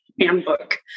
handbook